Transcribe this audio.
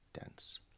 dense